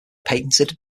patented